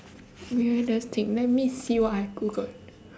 weirdest thing let me see what I googled